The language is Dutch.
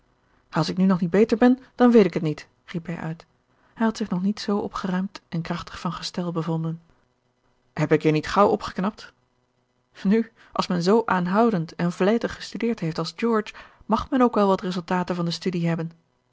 als ik nu nog niet beter ben dan weet ik het niet riep hij uit hij had zich nog niet zoo opgeruimd en krachtig van gestel bevonden george een ongeluksvogel heb ik je niet gaauw opgeknapt nu als men zoo aanhoudend en vlijtig gestudeerd heeft als george mag men ook wel wat resultaten van de studie hebben